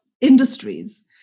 industries